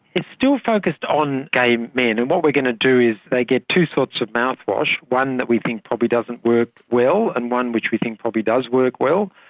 it's still focused on gay men and what we're going to do, they get two sorts of mouthwash, one that we think probably doesn't work well and one which we think probably does work well,